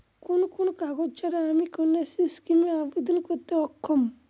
কোন কোন কাগজ ছাড়া আমি কন্যাশ্রী স্কিমে আবেদন করতে অক্ষম?